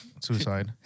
suicide